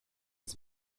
its